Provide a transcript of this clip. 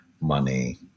money